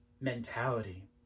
mentality